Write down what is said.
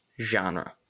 genre